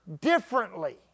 differently